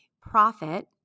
profit